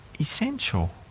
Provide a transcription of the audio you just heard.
essential